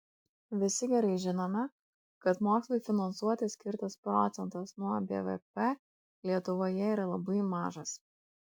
visi gerai žinome kad mokslui finansuoti skirtas procentas nuo bvp lietuvoje yra labai mažas